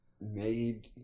made